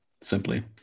simply